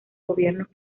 gobiernos